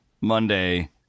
monday